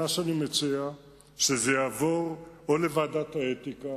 מה שאני מציע הוא שזה יעבור או לוועדת האתיקה